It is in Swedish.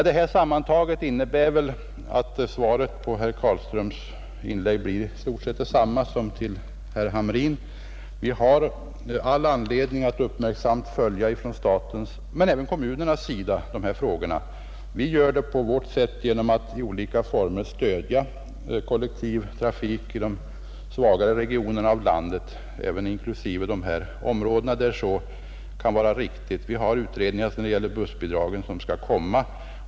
Det här sammantaget innebär väl att svaret på herr Carlströms inlägg blir i stort sett detsamma som till herr Hamrin. Vi har all anledning att från statens men även från kommunernas sida följa de här frågorna, Vi gör det på vårt sätt genom att i olika former stödja kollektiv trafik i de svagare regionerna av landet, inklusive även de här aktuella områdena, där så kan vara riktigt. Vi har utredningar när det gäller bussbidragen som Nr 81 skall komma.